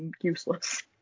useless